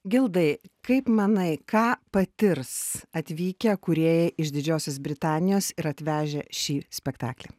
gildai kaip manai ką patirs atvykę kūrėjai iš didžiosios britanijos ir atvežę šį spektaklį